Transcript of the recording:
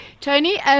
Tony